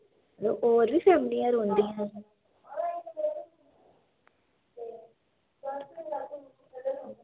मतलब होर बी फैमलियां रौंह्नदियां